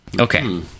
Okay